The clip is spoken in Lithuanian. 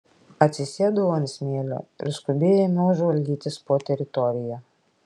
atsisėdau ant smėlio ir skubiai ėmiau žvalgytis po teritoriją